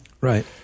Right